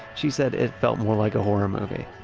she said it felt more like a horror movie.